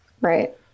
right